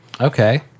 Okay